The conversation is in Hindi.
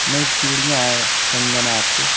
नहीं चूड़ियाँ हैं कंगन हाथ का